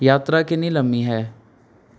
ਯਾਤਰਾ ਕਿੰਨੀ ਲੰਮੀ ਹੈ